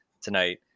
tonight